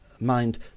Mind